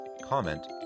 comment